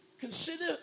Consider